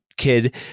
kid